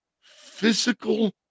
physical